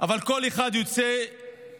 אבל כל אחד יוצא בנפרד,